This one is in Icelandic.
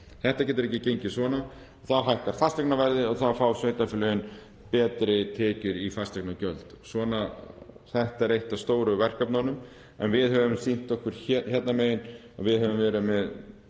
Þetta getur ekki gengið svona. Þá hækkar fasteignaverðið og þá fá sveitarfélögin betri tekjur í fasteignagjöld. Þetta er eitt af stóru verkefnunum en við höfum sýnt hérna megin að við höfum verið að